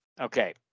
Okay